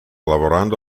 lavorando